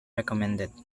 recommended